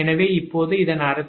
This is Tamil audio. எனவே இப்போது இதன் அர்த்தம் 𝑘 12